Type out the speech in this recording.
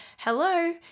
hello